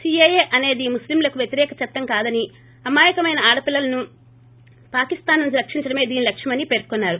CAA అనేది ముస్లింలకు వ్యతిరేక చట్టం కాదని అమాయకమైన ఆడ పేల్లలను పాకిస్థాన్ నుంచి రక్షించడమే దీని లక్ష్యమని పేర్కొన్నారు